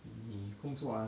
你工作 ah